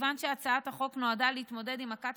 מכיוון שהצעת החוק נועדה להתמודד עם מכת